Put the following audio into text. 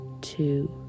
two